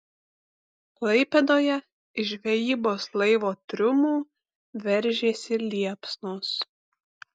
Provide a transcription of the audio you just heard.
klaipėdoje iš žvejybos laivo triumų veržėsi liepsnos